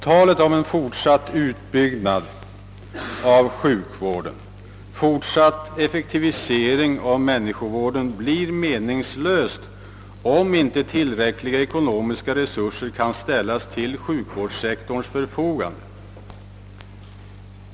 Talet om fortsatt utbyggnad av sjukvården, fortsatt effektivisering av människovården blir meningslöst, om inte tillräckliga ekonomiska resurser kan ställas till sjukvårdssektorns förfogande.